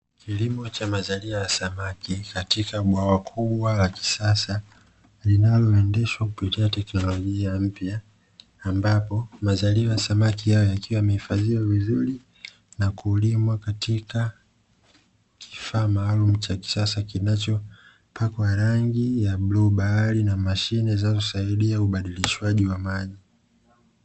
Kilimo cha mazalia ya samaki katika bwawa kubwa la kisasa linaloendeshwa kupitia teknolojia mpya, ambapo mazalia ya samaki haya yakiwa yamehifadhiwa vizuri na kulimwa katika kifaa maalumu cha kisasa, kinachopakwa rangi ya bluu bahari na mashine zinazosaidia ubadilihwaji wa maji.